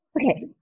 okay